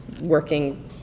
working